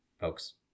folks